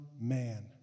man